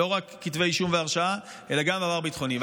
לא רק כתבי אישום והרשעה אלא גם עבר ביטחוני.